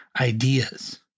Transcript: ideas